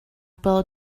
bêl